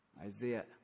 Isaiah